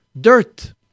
dirt